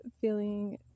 feeling